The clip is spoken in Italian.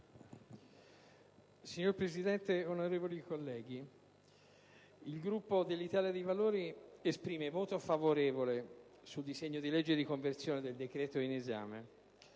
Signora Presidente, onorevoli colleghi, il Gruppo dell'Italia dei Valori esprimerà voto favorevole sul disegno di legge di conversione del decreto-legge in esame.